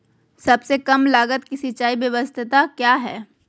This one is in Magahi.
सबसे कम लगत की सिंचाई ब्यास्ता क्या है?